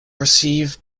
receive